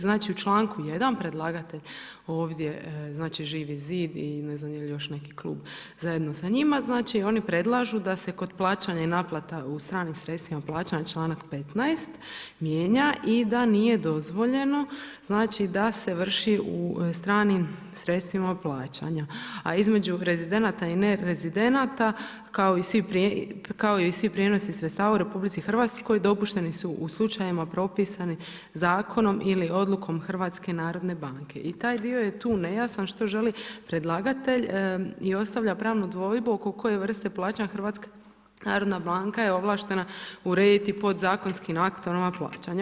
Znači, u čl. 1. predlagatelj, ovdje, znači, Živi Zid i ne znam je li još neki klub zajedno sa njima, znači, oni predlažu da se kod plaćanja i naplata u stranim sredstvima plaćanja, čl. 15. mijenja i da nije dozvoljeno, znači, da se vrši u stranim sredstvima plaćanja, a između rezidenata i ne rezidenata, kao i svi prijenosi sredstava u RH dopušteni su u slučajevima propisanim zakonom ili odlukom HNB-a i taj dio je tu nejasan što želi predlagatelj i ostavlja pravnu dvojbu oko koje vrste plaćanja HNB je ovlaštena urediti podzakonskim aktom ova plaćanja.